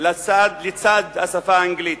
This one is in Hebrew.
לצד השפה האנגלית.